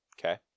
Okay